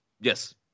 Yes